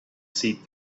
seat